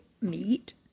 meat